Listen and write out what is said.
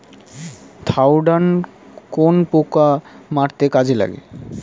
Thiodan কোন পোকা মারতে কাজে লাগে?